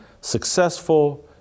successful